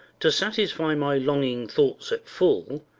to satisfy my longing thoughts at full,